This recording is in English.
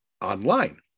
online